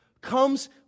comes